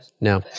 No